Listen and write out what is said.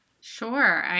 Sure